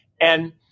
And-